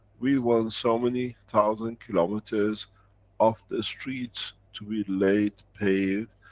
we want so many thousand kilometers of the streets, to be laid, paved,